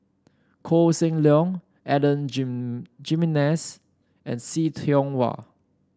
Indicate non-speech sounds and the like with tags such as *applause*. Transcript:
Koh Seng Leong Adan *unintelligible* Jimenez and See Tiong Wah